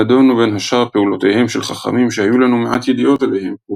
נדונו בין השאר פעולותיהם של חכמים שהיו לנו מעט ידיעות עליהם כמו